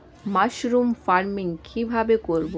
Mushroom farming কি ভাবে করব?